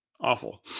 Awful